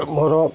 ମୋର